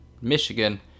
Michigan